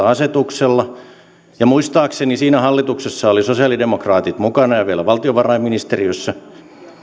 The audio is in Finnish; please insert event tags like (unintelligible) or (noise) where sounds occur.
(unintelligible) asetuksella ja muistaakseni siinä hallituksessa olivat sosiaalidemokraatit mukana ja vielä valtiovarainministeriössä